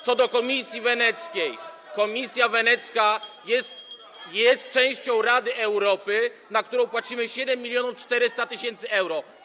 Co do Komisji Weneckiej, to Komisja Wenecka jest częścią Rady Europy, na którą płacimy 7400 tys. euro.